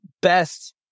best